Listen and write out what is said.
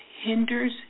hinders